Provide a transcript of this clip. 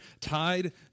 tied